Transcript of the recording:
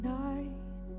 night